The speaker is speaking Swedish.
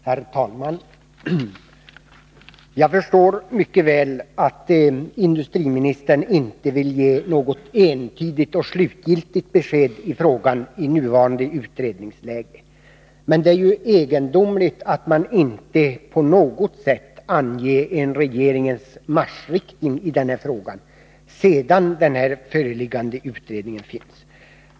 Herr talman! Jag förstår mycket väl att industriministern i nuvarande utredningsläge inte vill ge något entydigt och slutgiltigt besked i frågan. Men det är egendomligt att man inte på något sätt anger en regeringens marschriktning i det här avseendet — det finns ju en arbetande utredning.